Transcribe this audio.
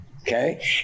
okay